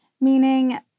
Meaning